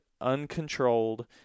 uncontrolled